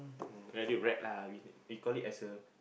very rat lah we call it as a